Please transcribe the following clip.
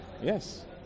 Yes